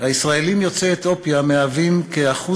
הישראלים יוצאי אתיופיה הם כ-1.5%